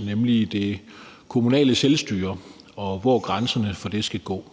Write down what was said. nemlig det kommunale selvstyre, og hvor grænserne for det skal gå.